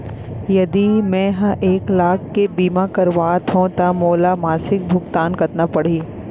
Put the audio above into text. यदि मैं ह एक लाख के बीमा करवात हो त मोला मासिक भुगतान कतना पड़ही?